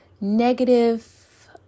negative